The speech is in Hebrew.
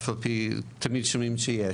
אף על פי שתמיד אומרים שיש.